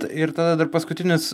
ir tada dar paskutinis